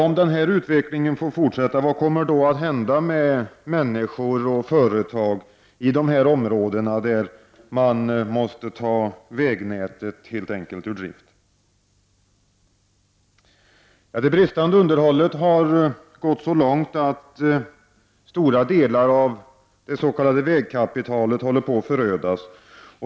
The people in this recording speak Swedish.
Om den här utvecklingen får fortsätta, vad kommer då att hända med människor och företag i de områden där man helt enkelt måste ta vägnätet ur drift? Det bristande underhållet har nu gått så långt att stora delar av det s.k. vägkapitalet håller på att förödas.